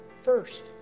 First